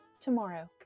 tomorrow